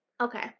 okay